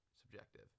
subjective